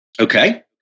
Okay